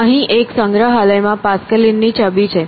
અહીં એક સંગ્રહાલયમાં પાસ્કલિન ની છબી છે